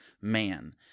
man